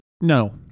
No